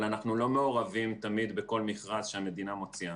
אבל אנחנו לא מעורבים תמיד בכל מכרז שהמדינה מוציאה.